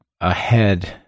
ahead